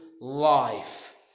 life